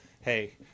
hey